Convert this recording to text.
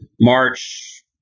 March